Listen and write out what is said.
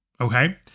okay